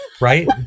Right